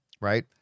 right